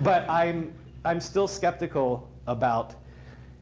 but i'm i'm still skeptical about